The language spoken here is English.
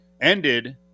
ended –